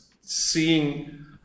seeing